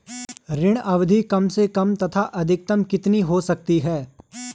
ऋण अवधि कम से कम तथा अधिकतम कितनी हो सकती है?